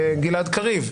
גלעד קריב,